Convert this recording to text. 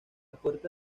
puerta